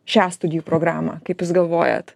šią studijų programą kaip jūs galvojat